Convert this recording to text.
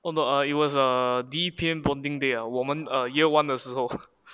oh no it was a D_P_M bonding day ah 我们 err year one 的时候